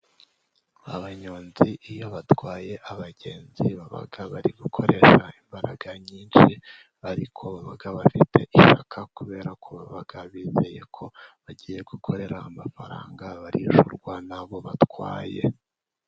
Abanyonzi iyo batwaye abagenzi baba bari gukoresha imbaraga nyinshi, ariko bakaba bafite ishyaka kubera ko baba bizeye ko bagiye gukorera amafaranga barishyurwa n'abo batwaye.